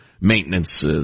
maintenance